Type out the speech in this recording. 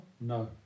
No